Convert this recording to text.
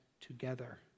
together